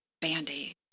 Band-aids